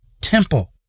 temple